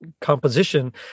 composition